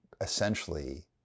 essentially